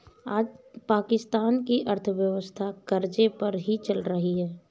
पाकिस्तान की अर्थव्यवस्था कर्ज़े पर ही चल रही है